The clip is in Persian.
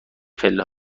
پله